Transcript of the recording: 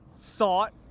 thought